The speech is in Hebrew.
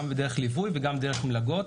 גם דרך ליווי וגם דרך מלגות.